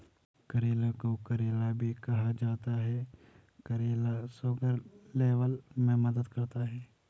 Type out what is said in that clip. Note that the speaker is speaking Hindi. करेले को करेला भी कहा जाता है करेला शुगर लेवल में मदद करता है